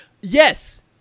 Yes